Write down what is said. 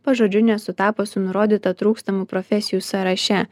pažodžiui nesutapo su nurodyta trūkstamų profesijų sąraše